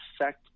affect